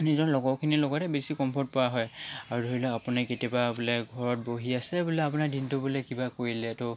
নিজৰ লগৰখিনিৰ লগতে বেছি কম্ফৰ্ট পোৱা হয় আৰু ধৰি লওক আপুনি কেতিয়াবা বোলে ঘৰত বহি আছে বোলে আপোনাৰ দিনটো বোলে কিবা কৰিলে তো